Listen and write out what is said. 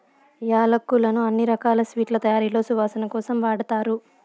యాలక్కులను అన్ని రకాల స్వీట్ల తయారీలో సువాసన కోసం వాడతారు